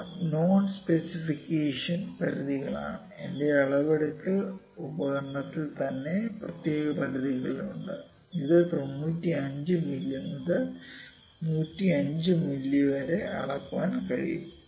ഇവ non specification പരിധികളാണ് എന്റെ അളവെടുക്കൽ ഉപകരണത്തിൽ തന്നെ പ്രത്യേക പരിധികളുണ്ട് ഇത് 95 മില്ലി മുതൽ 105 മില്ലി വരെ അളക്കാൻ കഴിയും